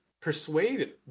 persuade